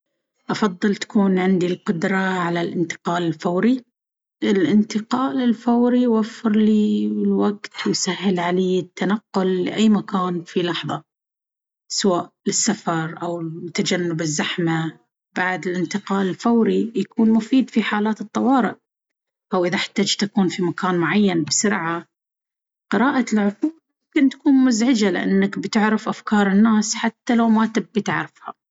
أفضل تكون عندي القدرة على الانتقال الفوري. الانتقال الفوري يوفر لي الوقت ويسهل علي التنقل لأي مكان في لحظة، سواء للسفر أو لتجنب الزحمة. بعد، الانتقال الفوري يكون مفيد في حالات الطوارئ أو إذا احتجت أكون في مكان معين بسرعة. قراءة العقول ممكن تكون مزعجة لأنك بتعرف أفكار الناس حتى لو ما تبي تعرفها.